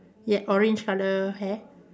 yeah orange colour hair